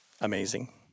Amazing